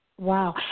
Wow